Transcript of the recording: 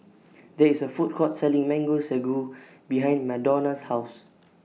There IS A Food Court Selling Mango Sago behind Madonna's House